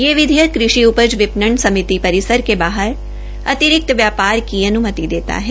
यह विधेयक कृषि विपणन समिति परिसर के बाहर अतिरिक्त व्यापार की अनुमति देता है